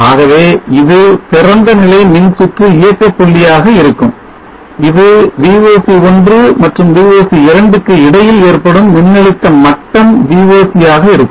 ஆகவே இது திறந்தநிலை மின்சுற்று இயக்கப் புள்ளியாக இருக்கும் இது VOC1 மற்றும் VOC2 க்கு இடையில்ஏற்படும் மின்னழுத்த மட்டம் VOC ஆக இருக்கும்